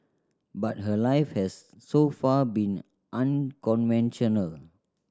but her life has so far been unconventional